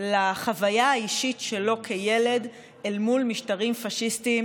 לחוויה האישית שלו כילד אל מול משטרים פשיסטיים